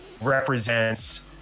represents